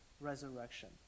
resurrection